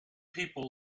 people